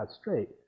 straight